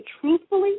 truthfully